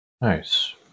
Nice